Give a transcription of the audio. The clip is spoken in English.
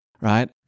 right